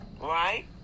Right